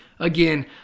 Again